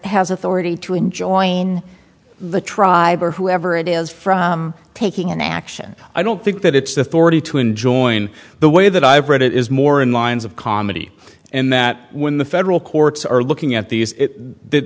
has authority to enjoying the tribe or whoever it is from taking an action i don't think that it's authority to enjoin the way that i've read it is more in lines of comedy and that when the federal courts are looking at these